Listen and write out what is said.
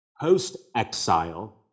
Post-exile